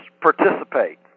participate